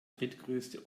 drittgrößte